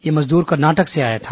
यह मजदूर कर्नाटक से आया था